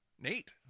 Nate